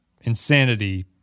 insanity